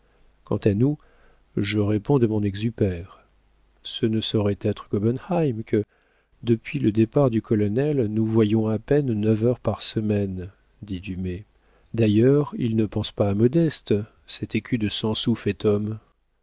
quant à nous je réponds de mon exupère ce ne saurait être gobenheim que depuis le départ du colonel nous voyons à peine neuf heures par semaine dit dumay d'ailleurs il ne pense pas à modeste cet écu de cent sous fait homme